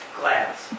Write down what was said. glass